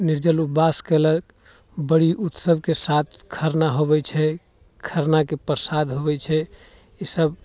निर्जल उपवास केलक बड़ी उत्सवके साथ खरना होबै छै खरनाके प्रसाद होबै छै ई सभ